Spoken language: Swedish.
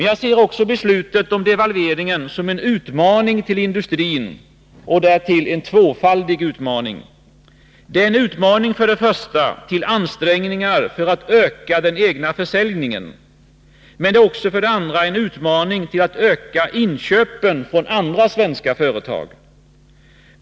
Jag ser också beslutet om devalveringen som en utmaning till industrin, därtill en tvåfaldig utmaning. Detäär, för det första, en utmaning till ansträngningar för att öka den egna försäljningen. Men det är också, för det andra, en utmaning till att öka inköpen från andra svenska företag.